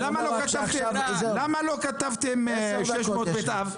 למה לא כתבתם 600 בתי אב?